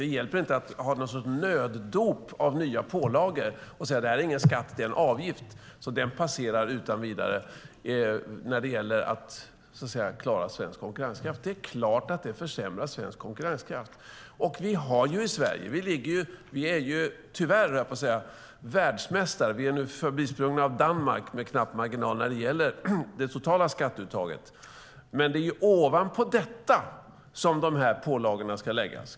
Det hjälper inte att ha någon sorts nöddop av nya pålagor och säga att det inte är någon skatt utan en avgift, och så ska den passera utan vidare. Det är klart att det försämrar den svenska konkurrenskraften. Vi är nu med knapp marginal förbisprungna av Danmark när det gäller det totala skatteuttaget. Det är ovanpå det som pålagorna ska läggas.